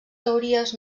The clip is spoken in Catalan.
teories